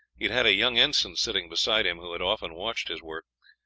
had had a young ensign sitting beside him, who had often watched his work,